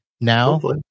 now